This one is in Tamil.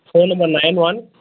phone number nine one